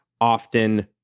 often